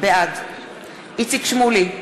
בעד איציק שמולי,